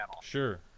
Sure